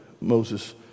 Moses